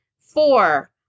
Four